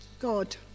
god